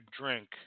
drink